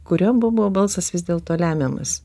kurio bu buvo balsas vis dėlto lemiamas